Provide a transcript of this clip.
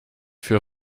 für